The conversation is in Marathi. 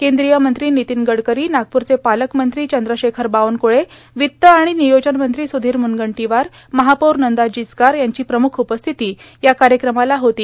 कद्रीय मंत्री ानतीन गडकरो नागपूरचे पालकमंत्री चंद्रशेखर बावनक्ळे वित्त आण र्नियोजन मंत्री सुधीर मुनगंटोवार महापौर नंदा जिचकार यांची प्रमुख उपस्थिती या कायक्रमाला होती